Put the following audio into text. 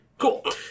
Cool